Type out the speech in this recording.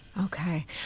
Okay